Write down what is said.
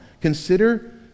Consider